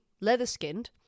leather-skinned